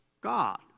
God